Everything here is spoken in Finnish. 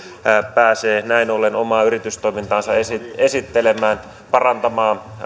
pääsee näin ollen omaa yritystoimintaansa esittelemään parantamaan